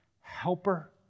helper